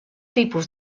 tipus